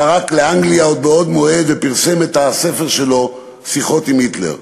שערק לאנגליה בעוד מועד ופרסם את הספר שלו "שיחות עם היטלר".